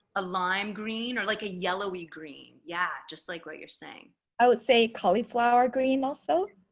a lime green or like a yellowy green yeah just like what you're saying i would say cauliflower green also